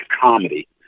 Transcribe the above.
comedy